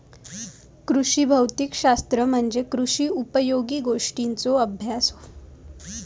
कृषी भौतिक शास्त्र म्हणजे कृषी उपयोगी गोष्टींचों अभ्यास